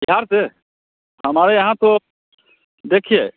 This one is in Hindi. बिहार से हमारे यहाँ तो देखिए